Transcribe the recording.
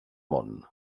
món